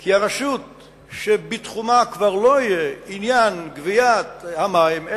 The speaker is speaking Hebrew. כי הרשות שבתחומה כבר לא יהיה עניין גביית המים,